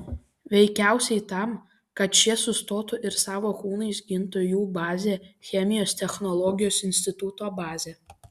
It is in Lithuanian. veikiausiai tam kad šie sustotų ir savo kūnais gintų jų bazę chemijos technologijos instituto bazę